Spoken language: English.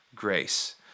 grace